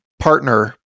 partner